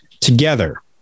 Together